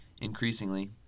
Increasingly